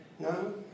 No